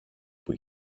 που